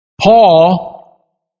Paul